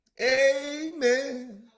Amen